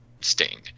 sting